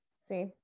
See